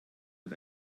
mit